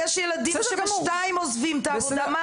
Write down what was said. לא שידוע לנו.